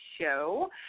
show